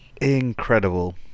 Incredible